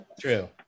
True